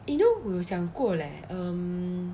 eh you know 我有想过 leh um